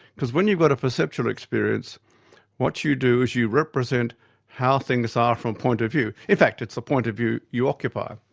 because when you've got a perceptual experience what you do is you represent how things are from a point of view. in fact, it's the point of view you occupy.